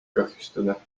kahjustada